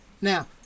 Now